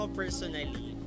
personally